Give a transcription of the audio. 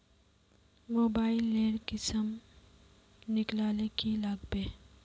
Mobile लेर किसम निकलाले की लागबे?